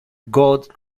god